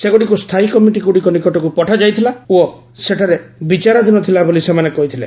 ସେଗୁଡ଼ିକୁ ସ୍ଥାୟୀ କମିଟିଗୁଡ଼ିକ ନିକଟକୁ ପଠାଯାଇଥିଲା ଓ ସେଠାରେ ବିଚାରାଧୀନ ଥିଲା ବୋଲି ସେମାନେ କହିଥିଲେ